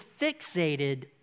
fixated